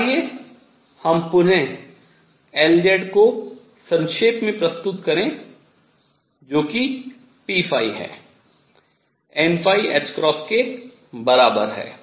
तो आइए हम पुनः Lz को संक्षेप में प्रस्तुत करें जो कि p है n के बराबर है